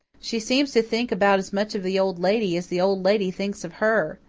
she seems to think about as much of the old lady as the old lady thinks of her.